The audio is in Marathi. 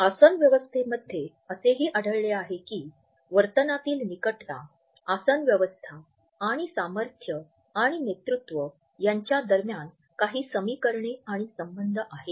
आसन व्यवस्थेमध्ये असेही आढळले आहे की वर्तनातील निकटता आसन व्यवस्था आणि सामर्थ्य आणि नेतृत्व यांच्या दरम्यान काही समीकरणे आणि संबंध आहेत